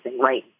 right